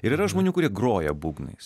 ir yra žmonių kurie groja būgnais